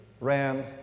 ran